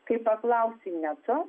kai paklausi neco